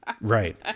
Right